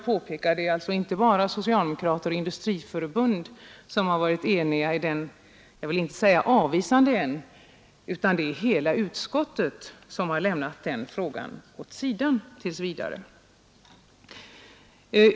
Det är således inte bara socialdemokraterna och Industriförbundet som är eniga i det fallet, utan hela utskottet inklusive folkpartisterna har lämnat den frågan åt sidan tills vidare.